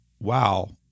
wow